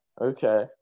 Okay